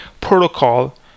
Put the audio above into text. protocol